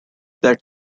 that